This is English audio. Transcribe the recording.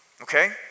Okay